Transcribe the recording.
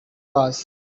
was